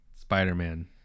Spider-Man